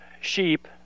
sheep